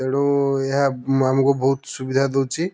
ତେଣୁ ଏହା ଆମକୁ ବହୁତ ସୁବିଧା ଦେଉଛି